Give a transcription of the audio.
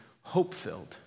hope-filled